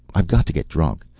i've got to get drunk.